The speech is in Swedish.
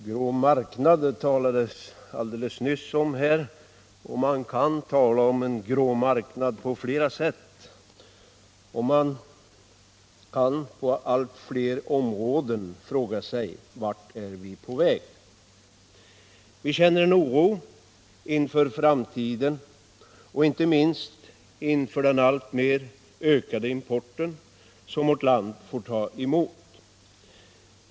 Herr talman! Det talades alldeles nyss om ”grå marknad”. Man kan tala om en grå marknad på flera sätt, och man kan nu på allt fler områden fråga sig: Vart är vi på väg? Vi känner en oro inför framtiden, inte minst inför den alltmer ökade import som vårt land får ta emot.